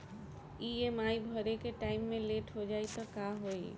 EMI भरे के time मे लेट हो जायी त का होई?